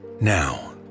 Now